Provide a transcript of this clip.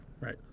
Right